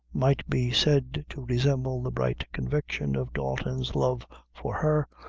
might be said to resemble the bright conviction of dalton's love for her,